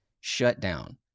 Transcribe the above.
shutdown